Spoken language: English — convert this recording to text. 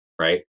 right